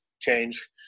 change